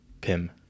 PIM